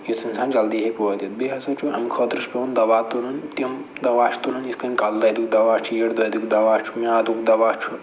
یُتھ اِنسان جلدی ہیٚکہِ وٲتِتھ بیٚیہِ ہسا چھُ اَمہِ خٲطرٕ چھُ پٮ۪وان دوا تُلُن تِم دوا چھِ تُلٕنۍ یِتھ کٔنۍ کَلہٕ دٲدیُک دوا چھُ یٔڈ دٲدیُک دوا چھُ میٛادُک دوا چھُ